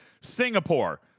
Singapore